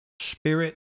spirit